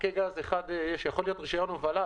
לספקי גז יכול להיות רישיון הובלה,